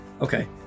Okay